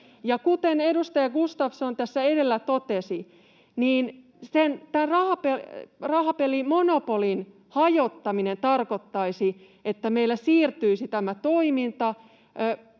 kuten edustaja Gustafsson tässä edellä totesi, rahapelimonopolin hajottaminen tarkoittaisi, että meillä siirtyisi tämä toiminta